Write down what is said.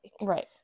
Right